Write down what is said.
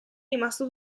rimasto